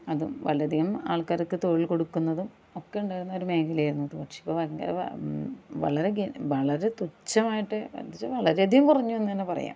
അതും വളരെയധികം ആള്ക്കാര്ക്ക് തൊഴില് കൊടുക്കുന്നതും ഒക്കെ ഉണ്ടായിരുന്ന ഒര് മേഖലയായിരുന്നു അത് പക്ഷെ ഇപ്പം ഭയങ്കര വാ വളരെ ഗന് വളരെ തുച്ഛമായിട്ട് എന്ന് വെച്ചാൽ വളരെയധികം കുറഞ്ഞു എന്ന് തന്നെ പറയാം